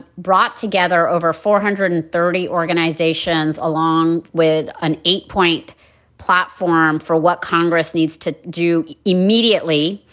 brought together over four hundred and thirty organizations, along with an eight point platform for what congress needs to do immediately.